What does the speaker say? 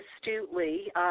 astutely